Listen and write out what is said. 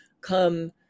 come